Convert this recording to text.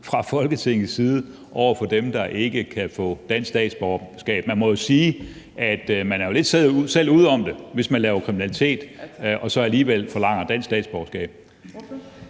fra Folketingets side over for dem, der ikke kan få dansk statsborgerskab. Man må jo sige, at man lidt selv er ude om det, hvis man laver kriminalitet, men så alligevel forlanger dansk statsborgerskab.